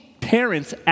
parents